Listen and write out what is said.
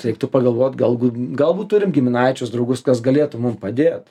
reiktų pagalvot galbūt galbūt turim giminaičius draugus kas galėtų mum padėt